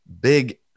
big